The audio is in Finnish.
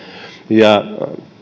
ja